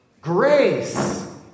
Grace